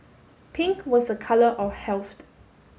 pink was a colour of health